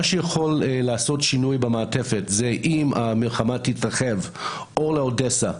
מה שיכול לעשות שינוי במעטפת זה אם המלחמה תתרחב או לאודסה,